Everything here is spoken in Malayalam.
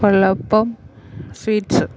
കൊഴലപ്പം സ്വീറ്റ്സ്